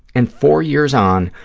and four years on,